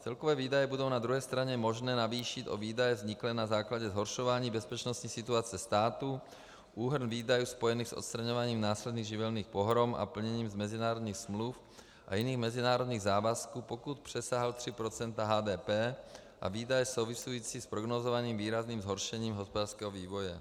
Celkové výdaje bude na druhé straně možné navýšit o výdaje vzniklé na základě zhoršování bezpečnostní situace státu, úhrn výdajů spojený s odstraňováním následných živelních pohrom a plněním mezinárodních smluv a jiných mezinárodních závazků, pokud přesáhl 3 % HDP, a výdaje související s prognózovaným výrazným zhoršením hospodářského vývoje.